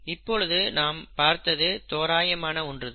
இப்பொழுது நாம் பார்த்தது தோராயமான ஒன்றுதான்